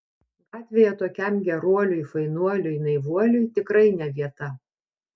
gatvėje tokiam geruoliui fainuoliui naivuoliui tikrai ne vieta